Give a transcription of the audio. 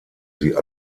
sie